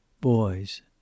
Boys